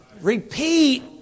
Repeat